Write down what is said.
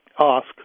ask